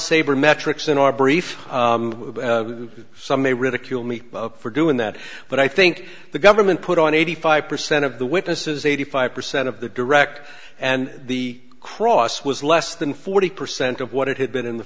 sabermetrics in our brief some may ridicule me for doing that but i think the government put on eighty five percent of the witnesses eighty five percent of the direct and the cross was less than forty percent of what it had been in the